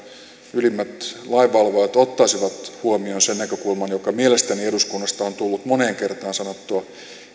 ylimmät lainvalvojat ottaisivat huomioon sen näkökulman joka mielestäni eduskunnasta on tullut moneen kertaan sanottua